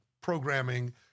programming